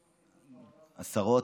השרות,